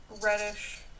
reddish